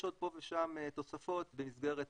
יש עוד פה ושם תוספות במסגרת